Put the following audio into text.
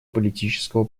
политического